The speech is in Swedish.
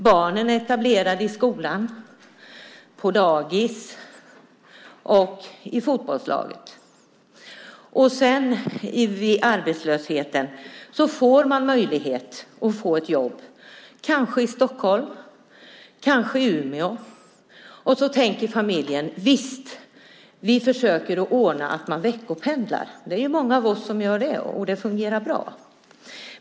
Barnen är etablerade i skolan, på dagis och i fotbollslaget. Sedan mitt i arbetslösheten ges möjligheten till ett jobb kanske i Stockholm eller i Umeå. Familjen tänker: Visst, vi försöker ordna med veckopendling. Många av oss i riksdagen veckopendlar ju, och det fungerar bra.